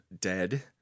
dead